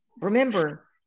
Remember